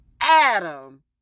adam